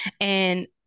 And-